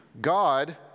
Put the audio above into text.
God